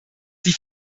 sie